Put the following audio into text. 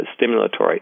stimulatory